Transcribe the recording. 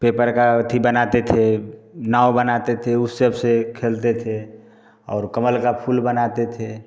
paper का ओथी बनाते थे नाव बनाते थे उस सबसे खेलते थे और कमल का फूल बनाते थे